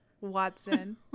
Watson